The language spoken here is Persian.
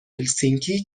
هلسینکی